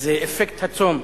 זה אפקט הצום.